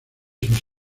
sus